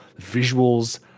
Visuals